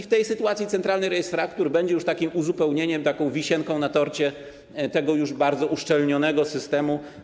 W tej sytuacji Centralny Rejestr Faktur będzie już takim uzupełnieniem, taką wisienką na torcie tego już bardzo uszczelnionego systemu.